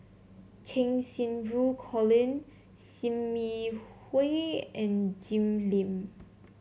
Cheng Xinru Colin Sim Yi Hui and Jim Lim